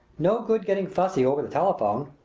no good getting fussy over the telephone!